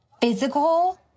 physical